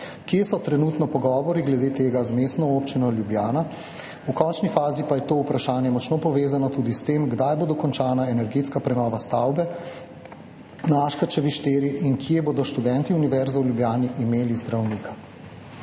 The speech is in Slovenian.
Kje so trenutno pogovori glede tega z Mestno občino Ljubljana? V končni fazi pa je to vprašanje močno povezano tudi s tem: Kdaj bo dokončana energetska prenova stavbe na Aškerčevi 4 in kje bodo študenti Univerze v Ljubljani imeli zdravnika?